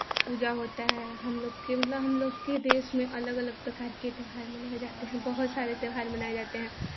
पूजा होता है हम लोग के मतलब हम लोग के देश में अलग अलग प्रकार के त्योहार मनाए जाते हैं बहुत सारे त्योहार मनाए जाते हैं